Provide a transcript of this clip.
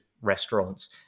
restaurants